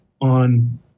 on